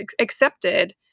accepted